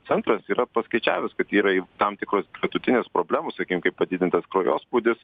centras yra paskaičiavęs kad yra tam tikros gretutinės problemos sakykim kaip padidintas kraujospūdis